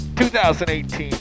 2018